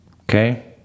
Okay